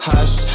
Hush